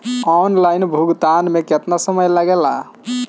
Online भुगतान में केतना समय लागेला?